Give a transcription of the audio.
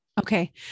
Okay